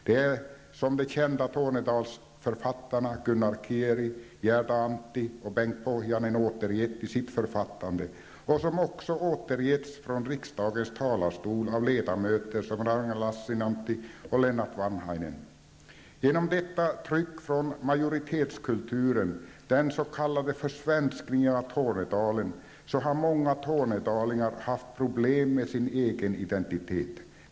De kända tornedalsförfattarna Gunnar Kieri, Gerda Antti och Bengt Pohjanen har återgett detta i sitt författande och det har också återgetts från riksdagens talarstol av ledamöter som Ragnar Genom detta tryck från majoritetskulturen, den s.k. försvenskningen av Tornedalen, så har många tornedalingar haft problem med sin egen identitet.